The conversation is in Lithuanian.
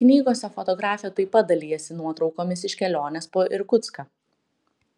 knygose fotografė taip pat dalijasi nuotraukomis iš kelionės po irkutską